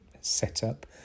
setup